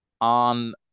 on